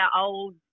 old